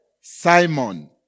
Simon